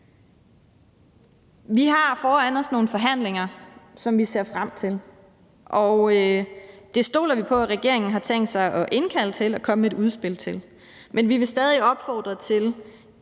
Vi har foran os nogle forhandlinger, som vi ser frem til, og det stoler vi på at regeringen har tænkt sig at indkalde til og komme med et udspil til. Men vi vil stadig opfordre til